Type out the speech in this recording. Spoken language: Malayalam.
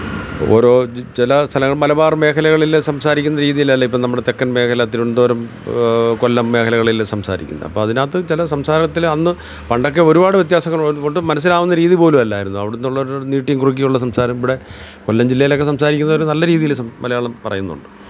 ഓരോ ജി ചെല സ്ഥല മലബാര് മേഖലകളിൽ സംസാരിക്കുന്ന രീതിയിലല്ല ഇപ്പം നമ്മുടെ തെക്കന് മേഖല തിരുവനന്തപുരം കൊല്ലം മേഖലകളിൽ സംസാരിക്കുന്നത് അപ്പം അതിനകത്ത് ചില സംസാരത്തിൽ അന്ന് പണ്ടൊക്കെ ഒരുപാട് വ്യത്യാസങ്ങൾ ഒട്ടും മനസ്സിലാവുന്ന രീതി പോലും അല്ലായിരുന്നു അവിടെ നിന്നുള്ളവർ ഒരു നീട്ടിയും കുറുക്കിയും ഉള്ള സംസാരം ഇവിടെ കൊല്ലം ജില്ലയിലൊക്കെ സംസാരിക്കുന്നവർ നല്ല രീതിയിൽ സം മലയാളം പറയുന്നുണ്ട്